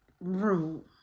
room